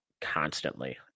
constantly